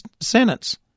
sentence